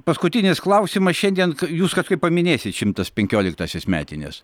paskutinis klausimas šiandien jūs kažkaip paminėsit šimtas penkioliktąsias metines